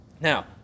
Now